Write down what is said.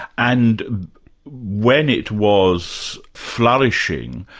and when it was flourishing,